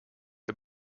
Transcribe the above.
the